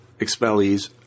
expellees